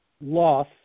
loss